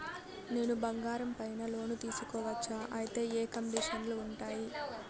నేను బంగారం పైన లోను తీసుకోవచ్చా? అయితే ఏ కండిషన్లు ఉంటాయి?